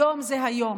היום זה היום.